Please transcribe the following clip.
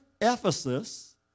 Ephesus